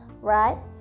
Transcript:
right